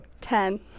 Ten